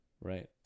right